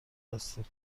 هستیم